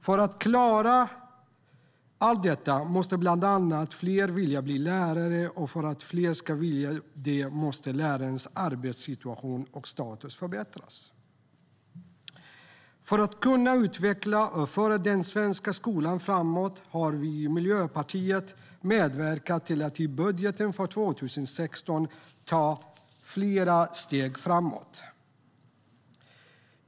För att klara av detta måste bland annat fler vilja bli lärare. Och för att fler ska vilja det måste lärares arbetssituation och status förbättras. För att kunna utveckla och föra den svenska skolan framåt har vi i Miljöpartiet medverkat till att det tas flera steg framåt i budgeten för 2016.